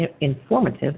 informative